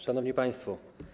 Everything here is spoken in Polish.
Szanowni Państwo!